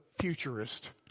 futurist